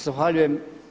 Zahvaljujem.